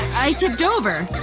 i tipped over,